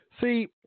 see